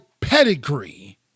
pedigree